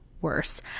worse